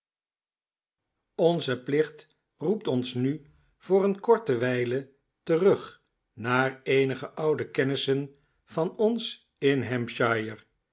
nze plicht roept ons nu voor een korte wijle terug naar eenige oude kennissen van p f p ons in